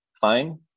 fine